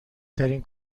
ترین